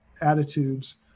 attitudes